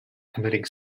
committing